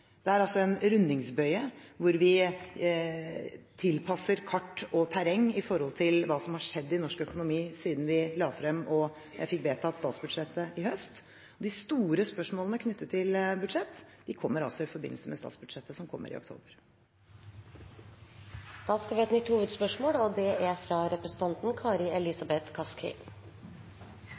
Det er en rundingsbøye hvor vi tilpasser kart og terreng ut fra hva som har skjedd i norsk økonomi siden vi la frem og fikk vedtatt statsbudsjettet i høst. De store spørsmålene knyttet til budsjett kommer i forbindelse med statsbudsjettet, som kommer i oktober. Vi går videre til neste hovedspørsmål.